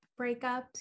breakups